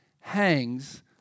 hangs